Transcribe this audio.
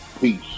Peace